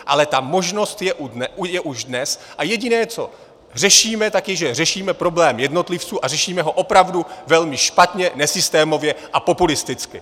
Ale ta možnost je už dnes a jediné, co řešíme, je to, že řešíme problém jednotlivců, a řešíme ho opravdu velmi špatně, nesystémově a populisticky!